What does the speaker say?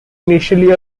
initially